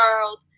world